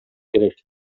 керек